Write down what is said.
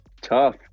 Tough